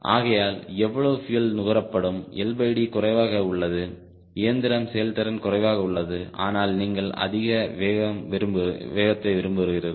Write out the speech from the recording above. ஆகையால் எவ்வளவு பியூயல் நுகரப்படும் LD குறைவாக உள்ளது இயந்திரம் செயல்திறன் குறைவாக உள்ளது ஆனால் நீங்கள் அதிக வேகத்தை விரும்புகிறீர்கள்